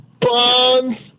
Bonds